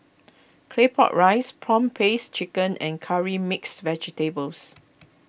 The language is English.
Claypot Rice Prawn Paste Chicken and Curry Mixed Vegetables